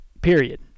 Period